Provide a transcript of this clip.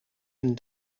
een